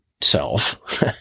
self